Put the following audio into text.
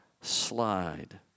slide